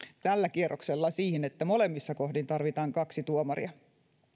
tällä kierroksella siihen että molemmissa kohdin tarvitaan kaksi tuomaria